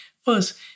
First